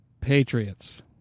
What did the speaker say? Patriots